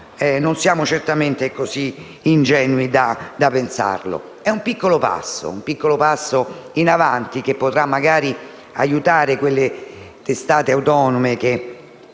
Non siamo certamente così ingenui da crederlo: è un piccolo passo in avanti che potrà magari permettere a quelle testate autonome di